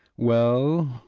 well!